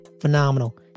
Phenomenal